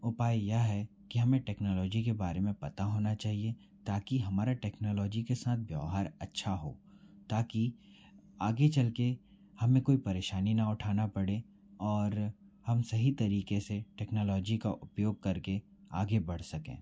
उपाय यह है कि हमें टेक्नोलॉजी के बारे में पता होना चाहिए ताकि हमारा टेक्नोलॉजी के साथ व्यव्हार अच्छा हो ताकि आगे चलके हमें कोई परेशानी ना उठाना पड़े और हम सही तरीके से टेक्नोलॉजी का उपयोग करके आगे बढ़ सकें